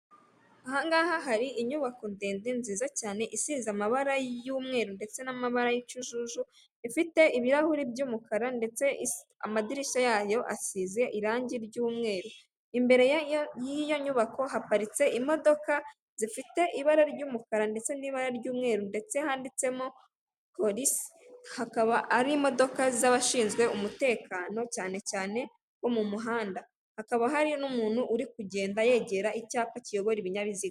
Ahangaha hari inyubako ndende nziza cyane isize amabara y'umweru ndetse n'amabara y'cyijuju, ifite ibirahuri by'umukara ndetse amadirishya yayo asize irangi ry'umweru. Imbere y'iyo nyubako haparitse imodoka zifite ibara ry'umukara ndetse n'ibara ry'umweru ndetse handitsemo polisi, hakaba hari imodoka z'abashinzwe umutekano cyane cyane wo mu muhanda, hakaba hari n'umuntu uri kugenda yegera icyapa kiyobora ibinyabiziga.